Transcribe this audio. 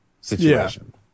situation